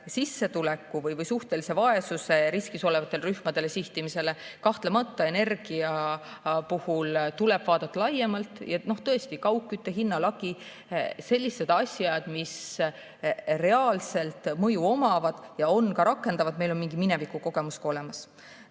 suunamisele] suhtelise vaesuse riskis olevatele rühmadele kahtlemata energia puhul tuleb vaadata laiemalt. Tõesti, kaugkütte hinna lagi ja muud sellised asjad, mis reaalselt mõju omavad ja on ka rakendatavad – meil on mingi minevikukogemus olemas.